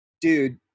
dude